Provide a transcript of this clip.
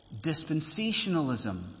dispensationalism